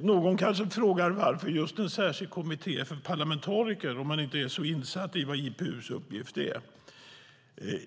Någon kanske frågar varför just en särskild kommitté för parlamentariker, om man inte är så insatt i vad IPU:s uppgift är.